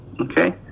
Okay